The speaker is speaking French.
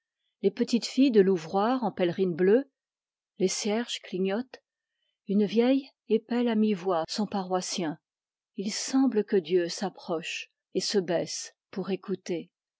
les petites filles de l'ouvroir en pèlerines bleues les cierges clignotent une vieille épelle à mi-voix son paroissien il semble que dieu s'approche et se baisse pour écouter